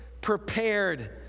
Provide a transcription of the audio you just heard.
prepared